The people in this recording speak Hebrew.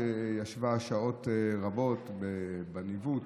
שישבה שעות רבות בניווט